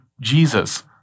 Jesus